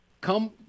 come